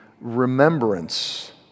remembrance